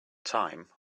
time